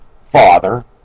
Father